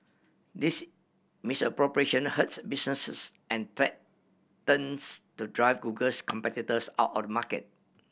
this misappropriation hurts businesses and to drive Google's competitors out of market